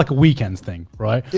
like weekend thing. right?